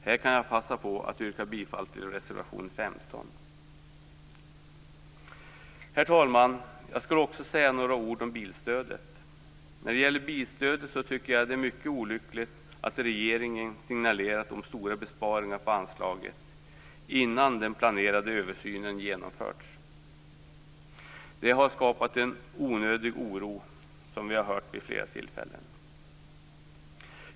Här kan jag passa på att yrka bifall till reservation 15. Herr talman! Jag skulle också vilja säga några ord om bilstödet. Jag tycker att det är mycket olyckligt att regeringen signalerat om stora besparingar på anslaget till bilstödet innan den planerade översynen genomförts. Det har, som vi har hört vid flera tillfällen, skapat en onödig oro.